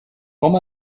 com